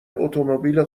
اتومبیل